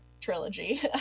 trilogy